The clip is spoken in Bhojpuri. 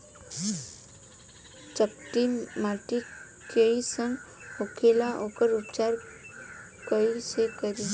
चिकटि माटी कई सन होखे ला वोकर उपचार कई से करी?